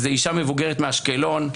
איזה אישה מבוגרת מאשקלון,